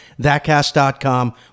ThatCast.com